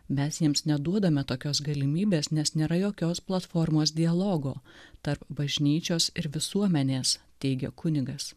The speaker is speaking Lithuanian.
mes jiems neduodame tokios galimybės nes nėra jokios platformos dialogo tarp bažnyčios ir visuomenės teigia kunigas